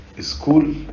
school